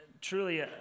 Truly